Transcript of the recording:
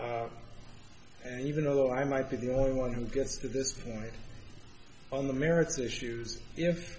and even though i might be the only one who gets to this point on the merits issues if